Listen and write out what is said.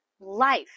life